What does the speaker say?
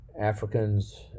Africans